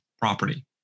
property